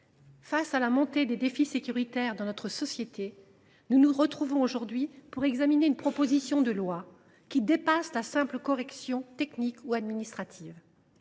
face à la montée des défis sécuritaires dans notre société, nous sommes réunis aujourd’hui pour examiner une proposition de loi qui prévoit davantage qu’une simple correction technique ou administrative.